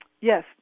Yes